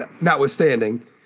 notwithstanding